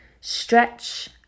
Stretch